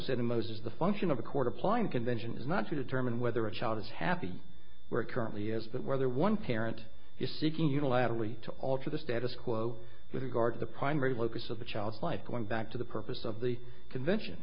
said the most is the function of a court applying convention is not to determine whether a child is happy where it currently is but whether one parent is seeking unilaterally to alter the status quo with regard to the primary focus of the child's life going back to the purpose of the convention